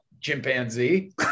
chimpanzee